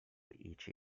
ichi